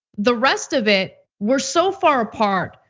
the rest of it, we're so far apart,